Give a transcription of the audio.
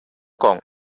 kong